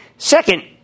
Second